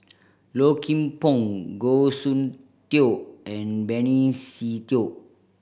Low Kim Pong Goh Soon Tioe and Benny Se Teo